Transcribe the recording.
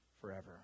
forever